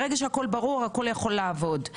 כשהכול ברור, הכול יכול לעבוד.